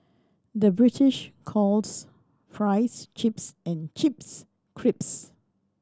the British calls fries chips and chips crisps